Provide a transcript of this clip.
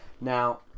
Now